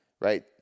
Right